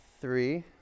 Three